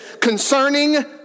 concerning